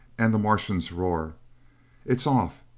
and the martian's roar it's off!